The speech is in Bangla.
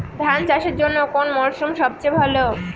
ধান চাষের জন্যে কোন মরশুম সবচেয়ে ভালো?